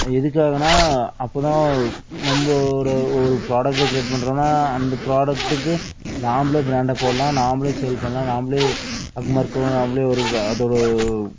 எதுக்காகன்னா அப்போது தான் நம்மளோட ஒரு ப்ராடக்ட்டை க்ரியேட் பண்ணுறோன்னா அந்த ப்ராடக்ட்டுக்கு நாம்மளே பிராண்டை போடலாம் நாம்மளே சேல் பண்ணலாம் நாம்மளே அக்மார்க்கும் நாம்மளே ஒரு அதோடய